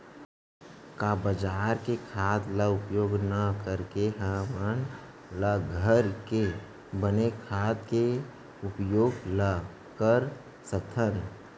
का बजार के खाद ला उपयोग न करके हमन ल घर के बने खाद के उपयोग ल कर सकथन?